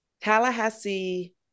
Tallahassee